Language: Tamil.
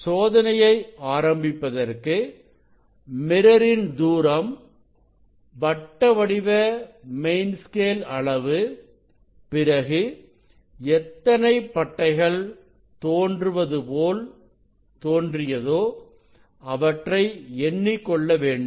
சோதனையை ஆரம்பிப்பதற்கு மிரர் ன் தூரம் வட்டவடிவ மெயின் ஸ்கேல் அளவு பிறகு எத்தனை பட்டைகள் தோன்றுவது போல் தோன்றியதோ அவற்றை எண்ணிக்கொள்ள வேண்டும்